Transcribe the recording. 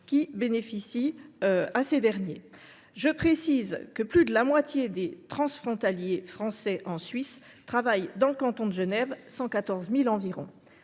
qui bénéficient à ces derniers. Rappelons que plus de la moitié des transfrontaliers français en Suisse travaillent dans le canton de Genève, soit